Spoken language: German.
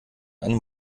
einem